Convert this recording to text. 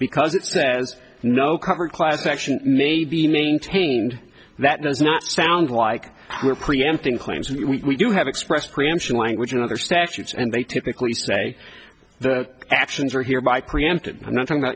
because it says no cover class action may be maintained that does not sound like we're preempting claims we do have expressed preemption language in other statutes and they typically say the actions are hereby preempted and nothing about